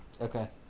Okay